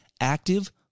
active